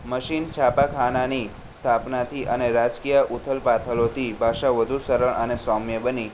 machine છાપખાનાની સ્થાપનાથી અને રાજકીય ઉથલપાથલોથી ભાષા વધુ સરળ અને સૌમ્ય બની